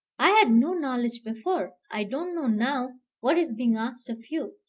i had no knowledge before. i don't know now what is being asked of you.